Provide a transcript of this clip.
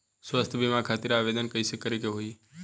स्वास्थ्य बीमा खातिर आवेदन कइसे करे के होई?